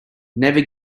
never